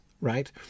right